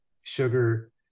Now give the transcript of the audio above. sugar